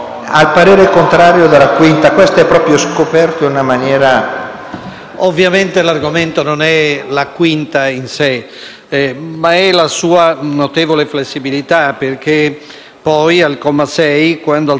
ovviamente l'argomento non è la 5ª Commissione in sé, ma la sua notevole flessibilità, perché, poi, al comma 6, quando, al secondo periodo, si sopprime l'esenzione delle DAT dall'obbligo di registrazione